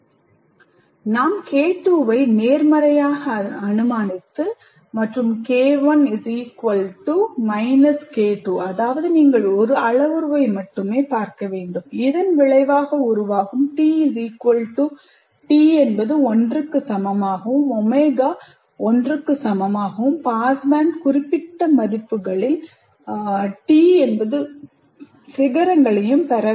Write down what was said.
நாம் K2 வை நேர்மறையாக அனுமானித்து மற்றும் K1 K2 அதாவது நீங்கள் ஒரு அளவுருவை மட்டுமே பார்க்க வேண்டும் இதன் விளைவாக உருவாகும் T 1 க்கு சமமாகவும் ω 1 க்கு சமமாகவும் Passband குறிப்பிட்ட மதிப்புகளில் T சிகரங்களையும் பெற வேண்டும்